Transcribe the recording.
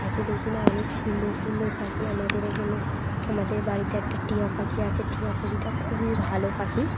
পাখি দেখি না অনেক সুন্দর সুন্দর পাখি আমাদের এখানে আমাদের বাড়িতে একটা টিয়া পাখি আছে টিয়া পাখিটা খুবই ভালো পাখি